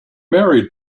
married